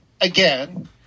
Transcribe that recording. again